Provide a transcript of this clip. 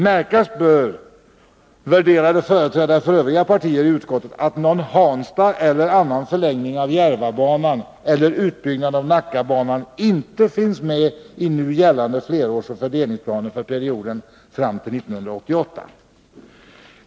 Märkas bör, värderade företrädare för övriga partier i utskottet, att någon Hanstaeller annan förlängning av Järvabanan eller utbyggnad av Nacka banan inte finns med i nu gällande flerårseller fördelningsplaner för perioden fram till 1988.